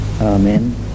Amen